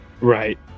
Right